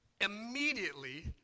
immediately